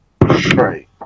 Right